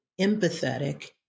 empathetic